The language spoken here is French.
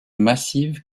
massive